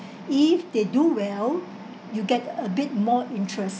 if they do well you get a bit more interest